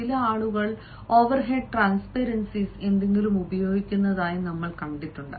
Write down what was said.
ചില ആളുകൾ overhead transparencies എന്തെങ്കിലും ഉപയോഗിക്കുന്ന മുൻ ദിവസങ്ങളിൽ നമ്മൾ കണ്ടിട്ടുണ്ട്